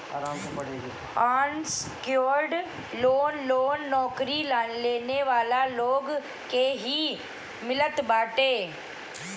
unsecured loan loan नोकरी करे वाला लोग के ही मिलत बाटे